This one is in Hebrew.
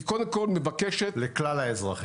היא קודם כל מבקשת לכלל האזרחים.